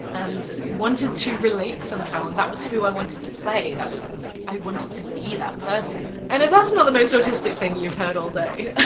and wanted to relate somehow, and that was who i wanted to play. that was, like, i wanted to be that person. and if that's not the most autistic thing you've heard all day!